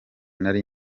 nari